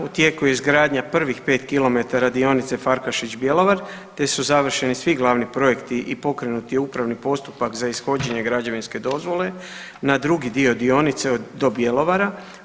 U tijeku je izgradnja prvih 5 kilometara dionice Farkašić-Bjelovar, te su završeni svi glavni projekti i pokrenut je upravni postupak za ishođenje građevinske dozvole na drugi dio dionice do Bjelovara.